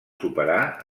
superar